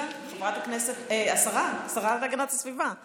חברת הכנסת, השרה להגנת הסביבה הגיעה?